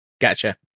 Gotcha